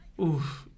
Oof